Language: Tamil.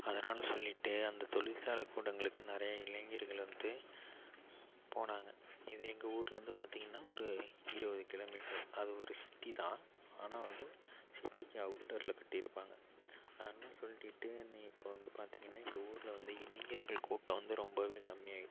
அதனால் சொல்லிட்டு அந்த தொழிற்சாலை கூடங்களுக்கு நிறைய இளைஞர்கள் வந்து போனாங்க இது எங்கள் ஊரிலேருந்து பார்த்தீங்கன்னா ஒரு இருபது கிலோமீட்டர் அது ஒரு சிட்டிதான் ஆனால் வந்து சிட்டிக்கு அவுட்டரில் கட்டியிருப்பாங்க சொல்லிட்டு என்ன இப்போ வந்து பார்த்தீங்கன்னா எங்கள் ஊரில் வந்து இளைஞர்கள் கூட்டம் வந்து ரொம்பவே கம்மியாயிட்டுது